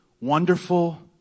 wonderful